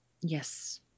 Yes